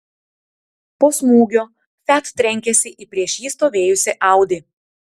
po smūgio fiat trenkėsi į prieš jį stovėjusį audi